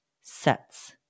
sets